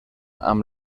amb